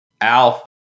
Al